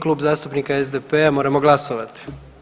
Klub zastupnika SDP-a moramo glasovati.